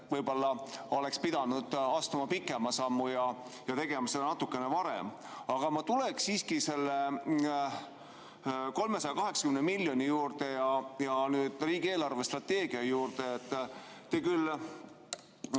võib-olla oleks pidanud astuma pikema sammu ja tegema seda natukene varem. Aga ma tuleksin siiski selle 380 miljoni ja riigi eelarvestrateegia juurde. Te olete küll